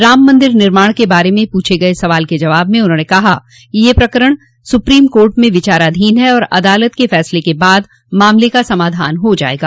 राम मंदिर निर्माण के बारे में पूछे गये सवाल के जवाब में उन्होंने कहा कि यह प्रकरण सुप्रीम कोर्ट में विचाराधीन है और अदालत के फैसले के बाद मामले का समाधान हो जायेगा